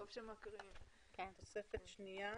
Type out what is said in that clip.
תוספת שנייה